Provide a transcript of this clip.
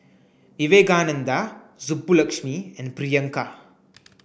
Vivekananda Subbulakshmi and Priyanka